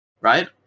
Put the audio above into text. right